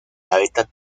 hábitat